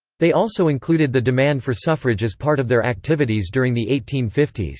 they also included the demand for suffrage as part of their activities during the eighteen fifty s.